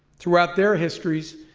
throughout their histories,